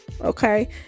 Okay